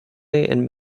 and